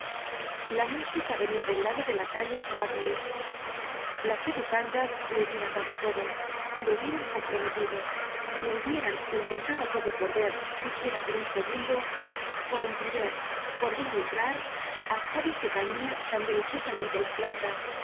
la música venia del lado de la calle droit mur las educandas lo hubieran dado todo lo hubieran comprometido lo hubieran intentado todo por ver siquiera por un segundo por entrever por vislumbrar al cjóven que tañía tan deliciosamente la flauta y